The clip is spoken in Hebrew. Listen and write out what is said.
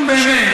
נו, באמת.